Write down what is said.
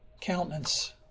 countenance